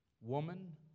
woman